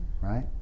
right